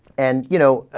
and you know ah.